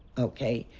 ok,